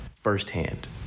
firsthand